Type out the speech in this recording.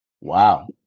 wow